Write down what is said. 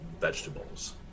vegetables